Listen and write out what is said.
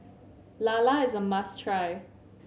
lala is a must try